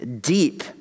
deep